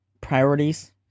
priorities